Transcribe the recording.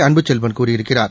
அன்புசெல்வன் கூறியிருக்கிறார்